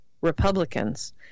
Republicans